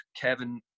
Kevin